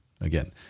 again